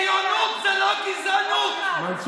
ישב עם נתניהו בבלפור.